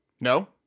No